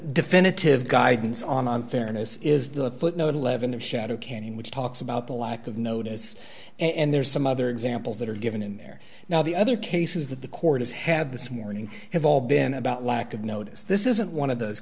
definitive guidance on fairness is the footnote eleven of shadow canyon which talks about the lack of notice and there's some other examples that are given in there now the other cases that the court has had this morning have all been about lack of notice this isn't one of those